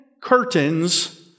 Curtains